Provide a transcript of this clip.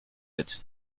wird